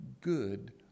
good